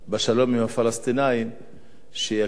שיכירו במדינת ישראל כמדינה יהודית.